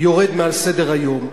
יורד מעל סדר-היום.